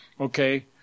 Okay